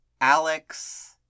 Alex